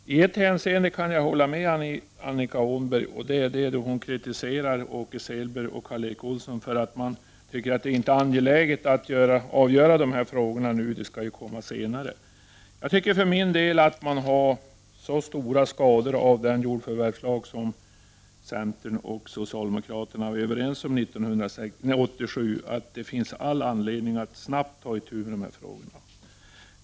Herr talman! I ett hänseende kan jag hålla med Annika Åhnberg, och det är när hon kritiserar Åke Selberg och Karl Erik Olsson för att de inte tycker att det är angeläget att avgöra dessa frågor nu. Jag tycker för min del att den jordförvärvslag som centern och socialdemokraterna var överens om 1987 orsakar så stora skador att det finns all anledning att snabbt ta itu med dessa frågor.